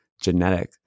genetic